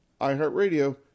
iHeartRadio